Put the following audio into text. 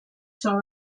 són